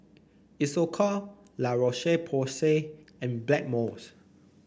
Isocal La Roche Porsay and Blackmores